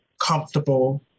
comfortable